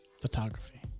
Photography